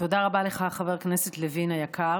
תודה רבה לך, חבר הכנסת לוין היקר.